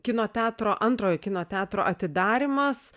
kino teatro antrojo kino teatro atidarymas